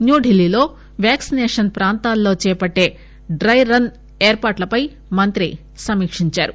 new డిల్లీలో vaccination ప్రాంతాల్లో చేపట్టే డ్రెరన్ ఏర్పాట్లపై మంత్రి సమీకేందారు